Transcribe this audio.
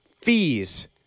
fees